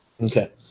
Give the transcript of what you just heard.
Okay